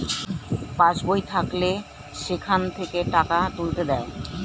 pass বই থাকলে সেখান থেকে টাকা তুলতে দেয়